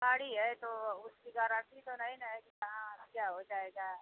गाड़ी है तो उसकी गारंटी तो नहीं न है कि कहाँ क्या हो जाएगा